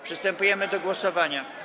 Przystępujemy do głosowania.